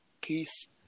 Peace